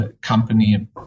company